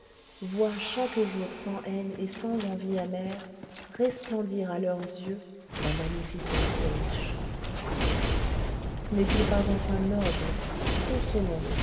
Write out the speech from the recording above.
voient chaque jour sans haine et sans envie amère resplendir à leurs yeux la magnificence des riches n'est-il pas enfin noble consolant